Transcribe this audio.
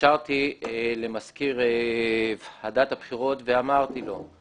התקשרתי למזכיר ועדת הבחירות ואמרתי לו,